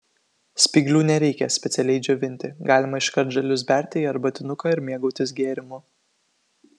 spyglių nereikia specialiai džiovinti galima iškart žalius berti į arbatinuką ir mėgautis gėrimu